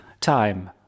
time